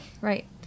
Right